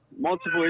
multiple